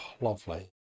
Lovely